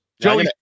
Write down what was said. Joey